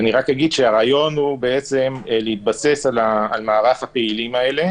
אני רק אגיד שהרעיון הוא בעצם להתבסס על מערך הפעילים האלה